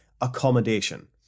accommodation